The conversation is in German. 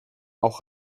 auch